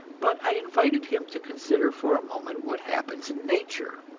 but i invited him to consider for a moment what happens in nature.